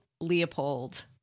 leopold